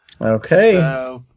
Okay